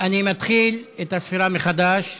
אני מתחיל את הספירה מחדש,